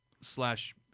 slash